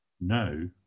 No